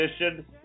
edition